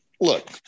look